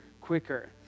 quicker